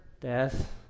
death